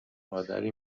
مادری